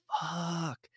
Fuck